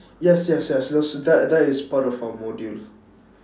yes yes yes those that that is part of our module